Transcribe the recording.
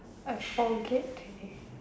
I forget that this